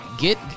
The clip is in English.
get